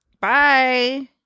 Bye